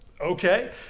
okay